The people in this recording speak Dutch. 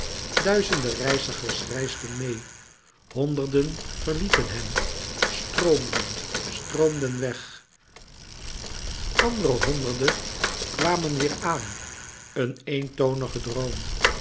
duizenden reizigers reisden meê honderden verlieten hem stroomden stroomden weg andere honderden kwamen weêr aan een eentonige droom